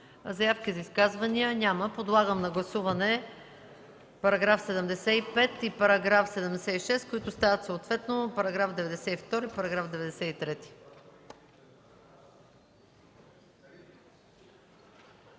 Заявки за изказвания? Няма. Подлагам на гласуване параграфи 75 и 76, които стават съответно параграфи 92 и 93.